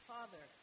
Father